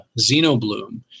Xenobloom